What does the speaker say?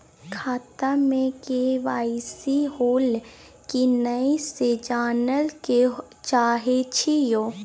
खाता में के.वाई.सी होलै की नय से जानय के चाहेछि यो?